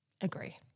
Agree